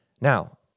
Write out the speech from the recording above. Now